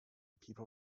people